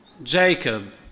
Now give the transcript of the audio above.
Jacob